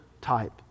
type